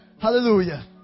Hallelujah